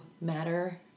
matter